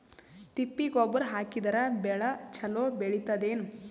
ತಿಪ್ಪಿ ಗೊಬ್ಬರ ಹಾಕಿದರ ಬೆಳ ಚಲೋ ಬೆಳಿತದೇನು?